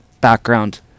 background